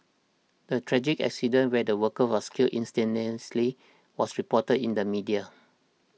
the tragic accident where the worker was killed instantaneously was reported in the media